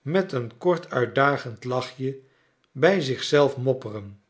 met een kort uitdagend lachje bij zich zelf mopperen